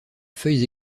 feuilles